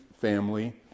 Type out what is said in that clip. family